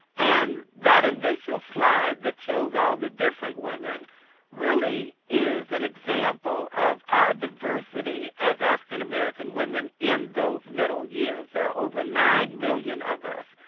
and that initial slide shows all the different women really is an example of our diversity as african american women in those middle years. there are over nine million of us,